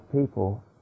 people